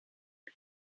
les